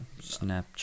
snapchat